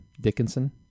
Dickinson